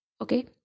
Okay